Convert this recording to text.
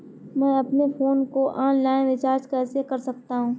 मैं अपने फोन को ऑनलाइन रीचार्ज कैसे कर सकता हूं?